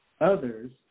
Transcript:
Others